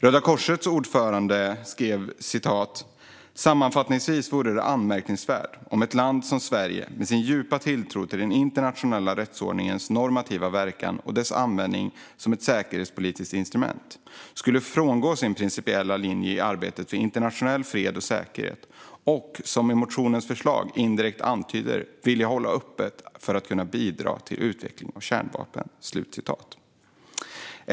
Röda korsets ordförande skrev: Sammanfattningsvis vore det anmärkningsvärt om ett land som Sverige, med sin djupa tilltro till den internationella rättsordningens normativa verkan och dess användning som ett säkerhetspolitiskt instrument, skulle frångå sin principiella linje i arbetet för internationell fred och säkerhet och, som motionens förslag indirekt antyder, vilja hålla öppet för att kunna bidra till utveckling av kärnvapen.